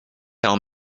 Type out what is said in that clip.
tell